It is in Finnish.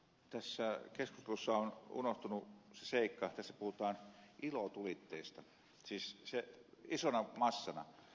tässä keskustelussa on unohtunut se seikka että tässä puhutaan ilotulitteista siis isona massana